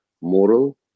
moral